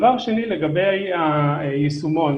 דבר שני, לגבי היישומון.